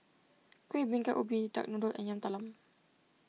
Kueh Bingka Ubi Duck Noodle and Yam Talam